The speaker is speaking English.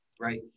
right